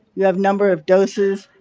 you have number of doses.